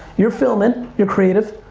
you're filmin', you're creative.